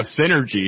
Synergy